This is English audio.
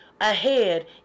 ahead